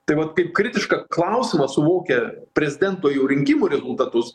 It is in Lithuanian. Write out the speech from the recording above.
tai vat kaip kritišką klausimą suvokia prezidento jau rinkimų rezultatus